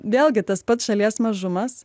vėlgi tas pats šalies mažumas